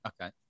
okay